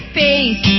face